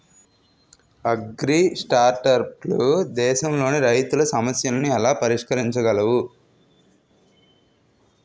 అగ్రిస్టార్టప్లు దేశంలోని రైతుల సమస్యలను ఎలా పరిష్కరించగలవు?